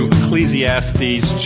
Ecclesiastes